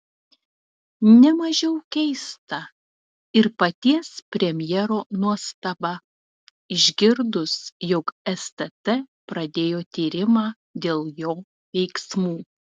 ne mažiau keista ir paties premjero nuostaba išgirdus jog stt pradėjo tyrimą dėl jo veiksmų